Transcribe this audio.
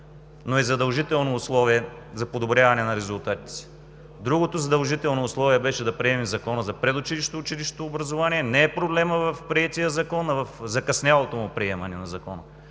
но е задължително условие за подобряване на резултатите. Другото задължително условие беше да приемем Закона за предучилищното и училищното образование. Проблемът не е в приетия закон, а в закъснялото му приемане. Защото,